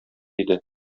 иде